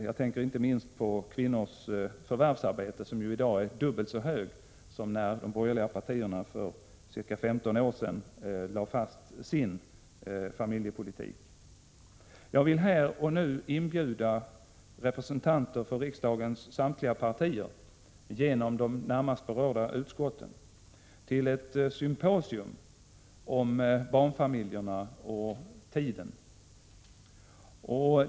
Jag tänker inte minst på kvinnors förvärvsarbete som i dag är dubbelt så stort som när de borgerliga partierna för ca 15 år sedan lade fast sin familjepolitik. Jag vill här och nu inbjuda representanter för riksdagens samtliga partier från de närmast berörda utskotten till ett symposium om barnfamiljerna och föräldrarnas tid för sina barn.